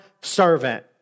servant